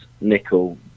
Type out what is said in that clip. nickel